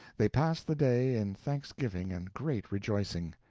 they passed the day in thanksgiving and great rejoicing,